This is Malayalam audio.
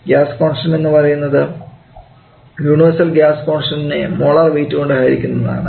ഗ്യാസ് കോൺസ്റ്റൻഡ് എന്നത് യൂണിവേഴ്സൽ ഗ്യാസ് കോൺസ്റ്റണ്ട്നെ മോളാർ വെയിറ്റ് കൊണ്ട് ഹരിക്കുന്നതാണ്